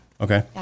Okay